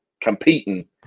competing